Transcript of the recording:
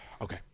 Okay